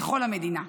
לכל המדינה.